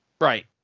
Right